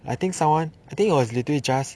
I think someone I think it was literally just